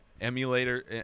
emulator